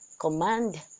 Command